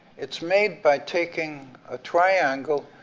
it's made by taking a triangle,